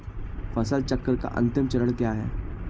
फसल चक्र का अंतिम चरण क्या है?